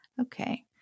Okay